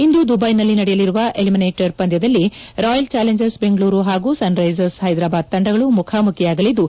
ಇಂದು ದುಬ್ನೆನಲ್ಲಿ ನಡೆಯಲಿರುವ ಎಲಿಮಿನೇಟರ್ ಪಂದ್ನದಲ್ಲಿ ರಾಯಲ್ ಚಾಲೆಂಜರ್ಸ್ ದೆಂಗಳೂರು ಹಾಗೂ ಸನ್ ರ್ಲೆಸರ್ಸ್ ಹೈದರಾಬಾದ್ ತಂಡಗಳು ಮುಖಾಮುಖಿಯಾಗಲಿದ್ದು